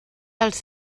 els